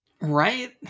right